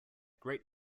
great